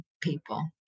people